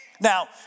Now